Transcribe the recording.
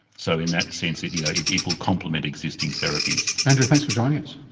so in that sense it you know yeah it will complement existing therapies. andrew, thanks for joining us.